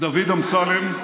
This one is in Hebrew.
דוד אמסלם,